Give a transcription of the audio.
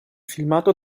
filmato